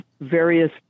various